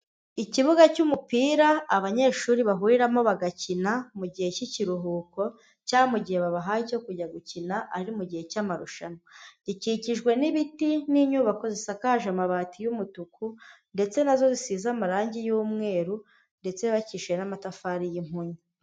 Ikibuga cy'umupira abanyeshuri bahuriramo bagakina mu gihe cy'ikiruhuko cyangwa mu gihe babahaye cyo kujya gukina ari mu gihe cy'amarushanwa, gikikijwe n'ibiti n'inyubako zisakaje amabati y'umutuku ndetse nazo zisize amarange y'umweru ndetse yubakishije n'amatafari y'impunyu.